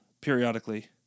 periodically